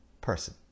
person